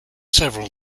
several